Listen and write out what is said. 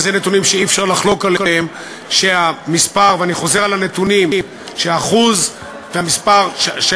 ואלה נתונים שאי-אפשר לחלוק עליהם ואני חוזר עליהם: האחוז והמספר של